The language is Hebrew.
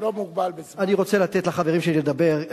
אני רוצה לתת לחברים שלי לדבר.